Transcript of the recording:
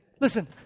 Listen